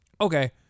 Okay